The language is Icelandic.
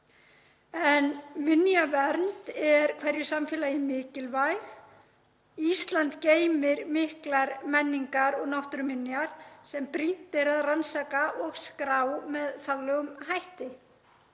Minjavernd er hverju samfélagi mikilvæg. Ísland geymir miklar menningar- og náttúruminjar sem brýnt er að rannsaka og skrá með faglegum hætti.